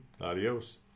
Adios